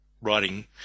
writing